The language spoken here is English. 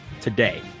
today